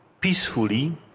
peacefully